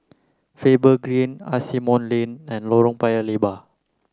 Faber Green Asimont Lane and Lorong Paya Lebar